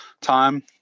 time